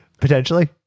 Potentially